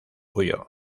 huyó